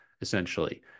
essentially